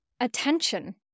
attention